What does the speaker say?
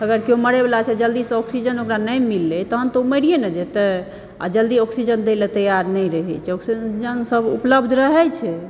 अगर केओ मरय बला छै जल्दी सऽ ऑक्सिजन ओकरा नहि मिललै तखन तऽ ओ मरिये ने जेतै अऽ जल्दी ऑक्सिजन दय ले तैयार नहि रहै छै ऑक्सिजन सब उपलब्ध रहै छै